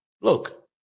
look